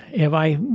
have i,